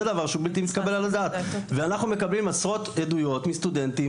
זה דבר שהוא בלתי מתקבל על הדעת ואנחנו מקבלים עשרות עדויות מסטודנטים,